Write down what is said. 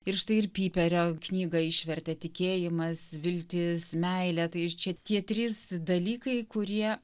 ir štai ir pyperio knygą išvertėt tikėjimas viltis meilė tai čia tie trys dalykai kurie